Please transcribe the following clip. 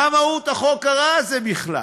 מה מהות החוק הרע הזה בכלל?